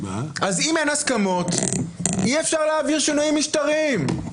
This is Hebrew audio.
אז אם אין הסכמות אי-אפשר להעביר שינויים משטריים.